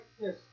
Yes